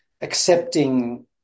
accepting